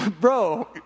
Bro